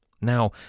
Now